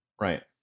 Right